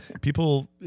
people